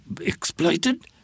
exploited